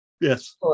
Yes